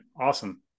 Awesome